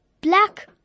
black